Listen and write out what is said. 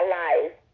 life